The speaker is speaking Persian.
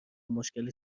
مشکل